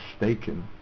mistaken